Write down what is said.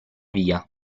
via